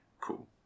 Cool